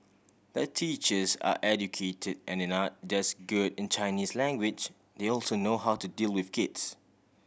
the teachers are educated and it not just good in Chinese language they also know how to deal with kids